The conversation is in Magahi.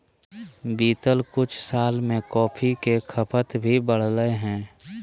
बीतल कुछ साल में कॉफ़ी के खपत भी बढ़लय हें